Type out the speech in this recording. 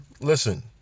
listen